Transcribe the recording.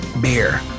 beer